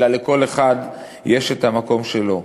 אלא לכל אחד יש המקום שלו.